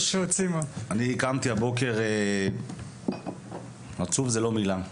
אני קמתי הבוקר עצוב זה לא מילה,